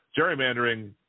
gerrymandering